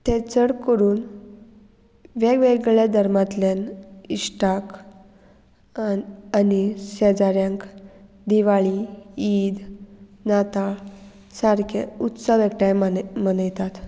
ते चड करून वेगवेगळ्या धर्मांतल्यान इश्टाक आनी शेजाऱ्यांक दिवाळी ईद नाताळ सारकें उत्सव एकठांय मनय मनयतात